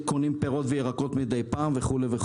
קונים פירות וירקות וכו'.